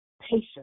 patience